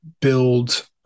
build